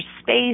space